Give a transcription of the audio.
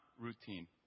routine